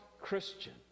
Christian